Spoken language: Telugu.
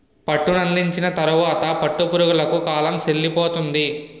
పట్టునందించిన తరువాత పట్టు పురుగులకు కాలం సెల్లిపోతుంది